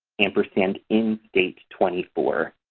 ampersand in state twenty four.